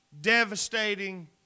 devastating